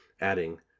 adding